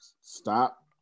stop